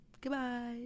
Goodbye